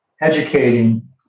educating